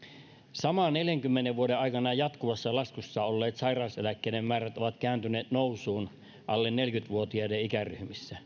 saman neljänkymmenen vuoden aikana jatkuvassa laskussa olleet sairaseläkkeiden määrät ovat kääntyneet nousuun alle neljäkymmentä vuotiaiden ikäryhmissä